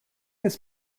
his